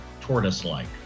tortoise-like